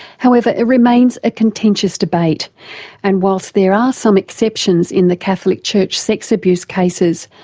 however it remains a contentious debate and whilst there are some exceptions in the catholic church sex abuse cases,